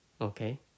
Okay